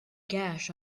gash